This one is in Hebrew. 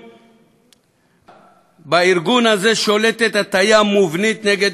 הוא אומר ככה: בארגון הזה שולטת הטיה מובנית נגד ישראל.